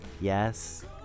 Yes